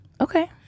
Okay